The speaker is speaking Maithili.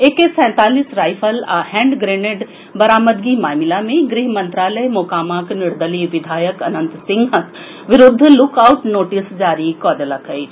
एके सैंतालीस राईफल आ हैंड ग्रेनेड बारामदगी मामिला मे गृह मंत्रालय मोकामाक निर्दलीय विधायक अनंत सिंहक विरूद्ध लुकआउट नोटिस जारी कऽ देलक अछि